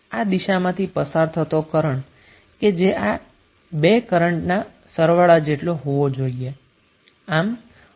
આ દિશામાંથી પસાર થતો કરન્ટ કે જે આ 2 કરન્ટ ના સરવાળા જેટલો હોવો જોઈએ